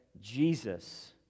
Jesus